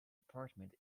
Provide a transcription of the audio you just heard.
department